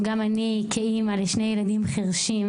הרבה הורים גם אני כאימא לשני ילדים חירשים,